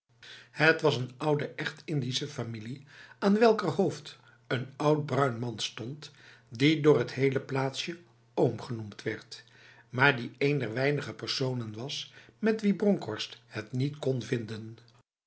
het was een oude echt indische familie aan welker hoofd n oud bruin man stond die door het hele plaatsje oom genoemd werd maar die een der weinige personen was met wie bronkhorst het niet kon vinden